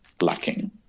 lacking